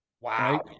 Wow